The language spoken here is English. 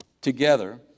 together